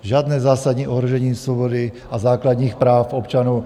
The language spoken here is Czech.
Žádné zásadní ohrožení svobody a základních práv občanů.